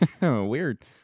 Weird